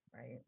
right